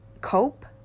cope